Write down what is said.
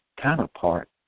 counterpart